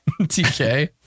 TK